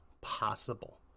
possible